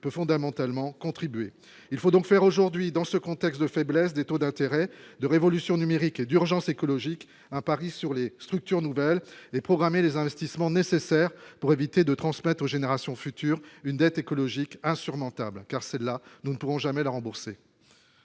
peut fondamentalement contribué, il faut donc faire aujourd'hui, dans ce contexte de faiblesse des taux d'intérêt de révolution numérique et d'urgence écologique à Paris sur les structures nouvelles et programmer les investissements nécessaires pour éviter de transmettre aux générations futures une dette écologique insurmontable car celle-là, nous ne pourrons jamais la rembourser.